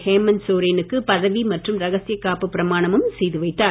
ஹேமந்த் சோரனுக்கு பதவி மற்றும் ரகசிய காப்பு பிரமானமும் செய்து வைத்தார்